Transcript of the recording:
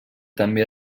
també